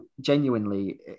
genuinely